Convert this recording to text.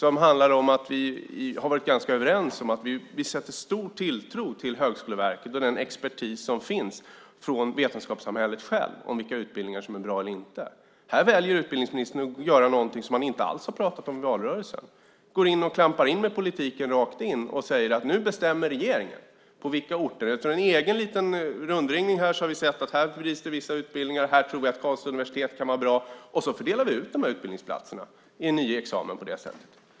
Vi har varit ganska överens om att sätta stor tilltro till Högskoleverket och den expertis som finns från vetenskapssamhället självt när det gäller vilka utbildningar som är bra eller inte. Här väljer utbildningsministern att göra något som han inte alls har pratat om i valrörelsen. Han klampar rakt in med politiken och säger att nu bestämmer regeringen vilka orter som är aktuella. Efter en egen liten rundringning har vi sett att här bedrivs det vissa utbildningar. Här tror vi att Karlstads universitet kan vara bra, så vi fördelar de här utbildningsplatserna och ger nya examina på det sättet.